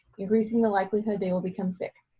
increasing the likelihood they will become sick.